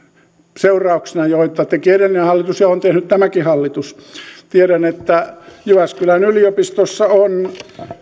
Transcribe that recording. seurauksena joita teki edellinen hallitus ja on tehnyt tämäkin hallitus tiedän että jyväskylän yliopistossa on